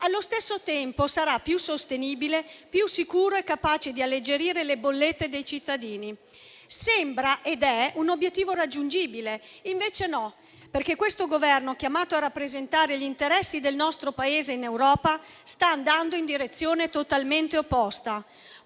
allo stesso tempo sarà più sostenibile, più sicuro e capace di alleggerire le bollette dei cittadini. Sembra ed è un obiettivo raggiungibile, invece non lo è perché questo Governo, chiamato a rappresentare gli interessi del nostro Paese in Europa, sta andando in direzione totalmente opposta.